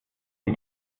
die